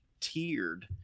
tiered